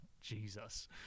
Jesus